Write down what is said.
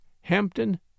Hampton